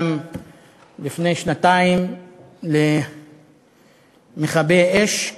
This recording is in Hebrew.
ולפני שנתיים גם למכבי האש,